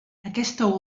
aquesta